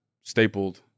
stapled